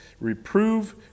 Reprove